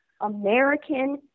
American